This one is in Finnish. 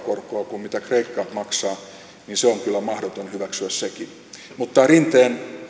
kuin mitä kreikka maksaa on kyllä mahdoton hyväksyä sekin mutta kannattaa tutustua rinteen